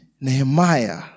Nehemiah